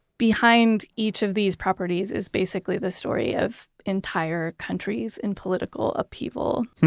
behind each of these properties is basically the story of entire countries in political upheaval.